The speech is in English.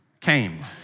came